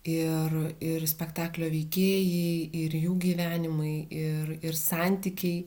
ir ir spektaklio veikėjai ir jų gyvenimai ir ir santykiai